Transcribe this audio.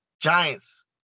giants